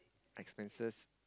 expenses